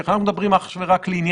אנחנו בעצם יוצרים